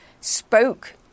spoke